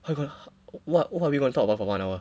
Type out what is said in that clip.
I got what what are we gonna talk about for one hour